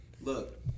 Look